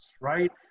right